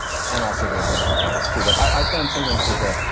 and also there are wonderful directors, too. but i. i've found sometimes with a.